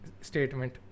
statement